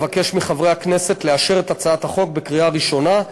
אבקש מחברי חברי הכנסת לאשר את הצעת החוק בקריאה ראשונה.